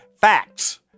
facts